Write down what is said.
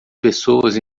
pessoas